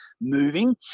moving